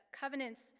covenants